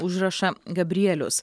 užrašą gabrielius